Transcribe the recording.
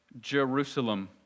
Jerusalem